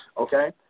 okay